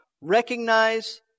Recognize